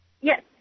Yes